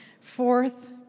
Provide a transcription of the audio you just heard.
Fourth